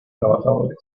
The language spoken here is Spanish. trabajadores